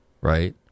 Right